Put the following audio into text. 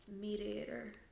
mediator